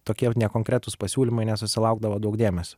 tokie nekonkretūs pasiūlymai nesusilaukdavo daug dėmesio